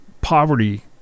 poverty